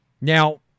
Now